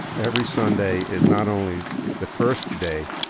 every sunday is not only the first day,